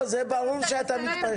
זה ברור שאתה מתפשר.